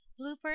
Bloopers